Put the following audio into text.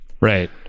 Right